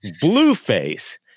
Blueface